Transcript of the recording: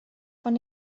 von